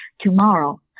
tomorrow